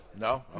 No